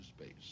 space